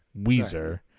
Weezer